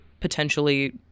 potentially